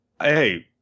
hey